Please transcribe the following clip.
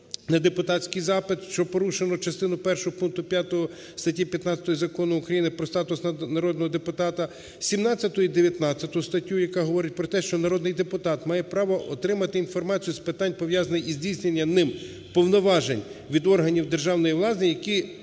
на депутатський запит, що порушує частину першу пункту 5 статті 15 Закону України "Про статус народного депутата", 17 і 19 статтю, яка говорить про те, що народний депутат має право отримати інформацію з питань, пов'язаних із здійсненням ним повноважень, від органів державної влади, які